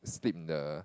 sleep in the